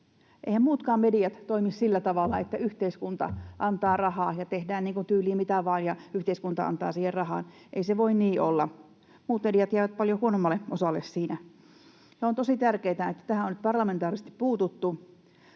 Eiväthän muutkaan mediat toimi sillä tavalla, että tehdään niin kuin tyyliin mitä vaan ja yhteiskunta antaa siihen rahaa. Ei se voi niin olla. Muut mediat jäävät paljon huonommalle osalle siinä. On tosi tärkeätä, että tähän on parlamentaarisesti puututtu,